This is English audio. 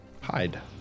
hide